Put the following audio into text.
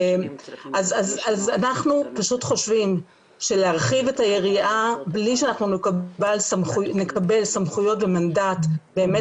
אנחנו פשוט חושבים שלהרחיב את היריעה בלי שאנחנו נקבל סמכויות ומנדט באמת